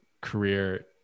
career